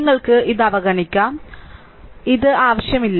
നിങ്ങൾക്ക് ഇത് അവഗണിക്കാം നിങ്ങൾക്ക് ഇത് അവഗണിക്കാൻ ഇത് ആവശ്യമില്ല